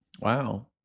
Wow